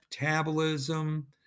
metabolism